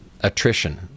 attrition